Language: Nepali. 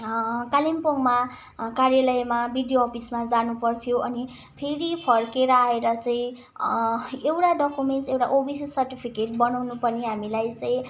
कालिम्पोङमा कार्यलयमा बिडिओ अफिसमा जानुपर्थ्यो अनि फेरि फर्केर आएर चाहिँ एउटा डकुमेन्टस एउटा ओबिसी सर्टिफिकेट बनाउनु पनि हामीलाई चाहिँ